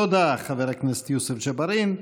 תודה, חבר הכנסת יוסף ג'בארין.